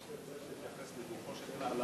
צריך להתייחס לגופו של עניין,